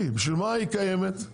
בשביל מה היא קיימת?